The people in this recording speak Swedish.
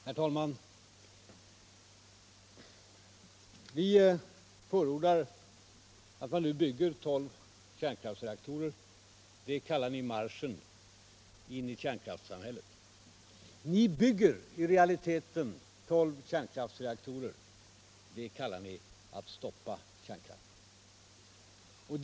Herr talman! Vi förordar att man nu bygger tolv kärnkraftsreaktorer. Det kallar ni borgerliga för marschen in i kärnkraftssamhället. Ni bygger i realiteten tolv kärnkraftsreaktorer. Det kallar ni att stoppa kärnkraften.